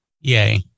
Yay